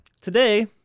today